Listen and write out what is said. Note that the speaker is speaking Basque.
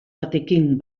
batekin